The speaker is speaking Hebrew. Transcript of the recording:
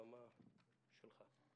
הבמה שלך.